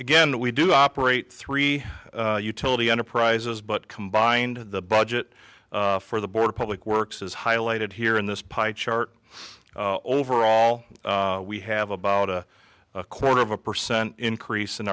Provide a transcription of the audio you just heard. again we do operate three utility enterprises but combined the budget for the board public works is highlighted here in this pipe chart overall we have about a quarter of a percent increase in